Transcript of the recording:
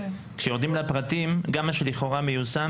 כשיורדים לפרטים, גם מה שלכאורה מיושם